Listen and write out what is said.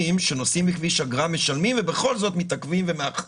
שנוסעים בכביש אגרה ובכל זאת מתעכבים ומעכבים.